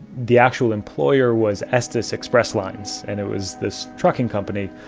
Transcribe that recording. the actual employer was estis express lines and it was this trucking company.